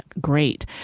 great